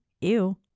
ew